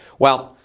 well,